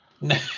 no